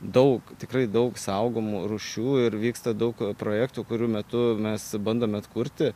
daug tikrai daug saugomų rūšių ir vyksta daug projektų kurių metu mes bandome atkurti